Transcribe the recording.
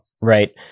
right